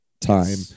time